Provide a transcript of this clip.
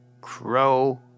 Crow